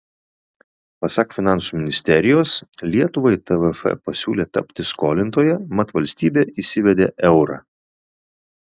pasak finansų ministerijos lietuvai tvf pasiūlė tapti skolintoja mat valstybė įsivedė eurą